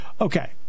Okay